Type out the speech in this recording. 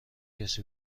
حسی